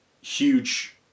Huge